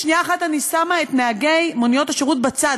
לשנייה אחת אני שמה את נהגי מוניות השירות בצד,